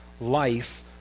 life